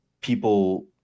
people